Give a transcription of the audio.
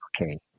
Okay